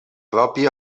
propi